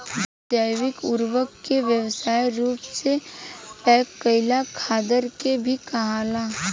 जैविक उर्वरक के व्यावसायिक रूप से पैक कईल खादर के भी कहाला